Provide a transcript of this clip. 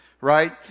right